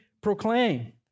proclaim